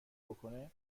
بکنه